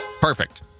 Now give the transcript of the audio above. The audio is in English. Perfect